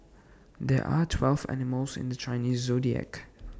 there are twelve animals in the Chinese Zodiac